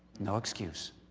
no excuse.